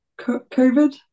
COVID